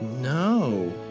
No